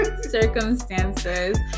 circumstances